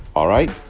all right.